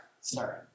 sorry